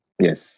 yes